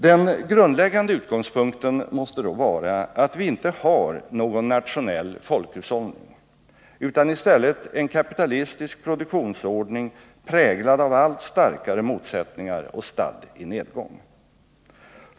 Den grundläggande utgångspunkten måste då vara att vi inte har någon nationell folkhushållning utan i stället en kapitalistisk produktionsordning präglad av allt starkare motsättningar och stadd i nedgång.